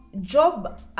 Job